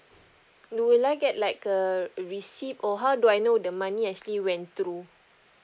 will I get like a receipt or how do I know the money actually went through